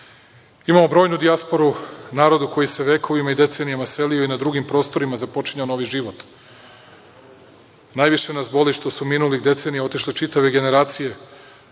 Imamo brojnu dijasporu, narodu koji se vekovima i decenijama selio i na drugim prostorima započinjao novi život. Najviše nas boli što su minulih decenija otišle čitave generacije